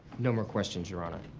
no more questions, your honor.